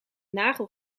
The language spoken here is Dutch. nagel